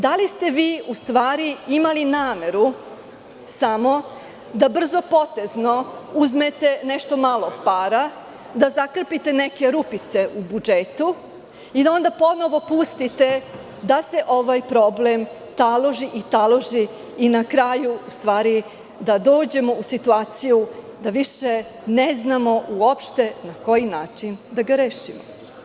Da li ste vi u stvari imali nameru samo da brzopotezno uzmete nešto malo para, da zakrpite neke rupice u budžetu i da onda ponovo pustite da se ovaj problem taloži, taloži i na kraju, u stvari, da dođemo u situaciju da više ne znamo uopšte na koji način da ga rešimo?